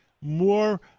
more